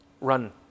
Run